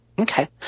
Okay